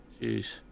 Jeez